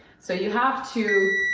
so you have to.